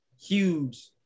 huge